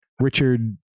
Richard